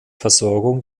versorgung